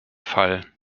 fall